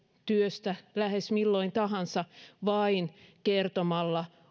työstä lähes milloin tahansa vain kertomalla